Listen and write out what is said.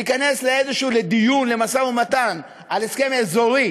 להיכנס לאיזה דיון, משא-ומתן על הסכם אזורי